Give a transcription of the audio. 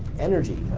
energy,